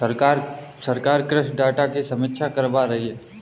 सरकार कृषि डाटा की समीक्षा करवा रही है